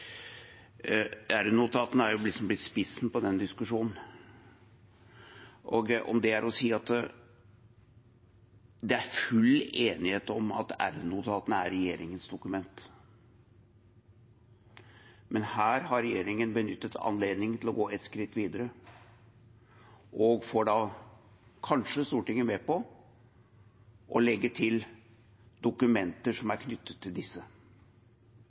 spissen på den diskusjonen. Om det er å si at det er full enighet om at r-notatene er regjeringens dokumenter. Men her har regjeringen benyttet anledningen til å gå et skritt videre og får da kanskje Stortinget med på å legge til dokumenter som er knyttet til disse.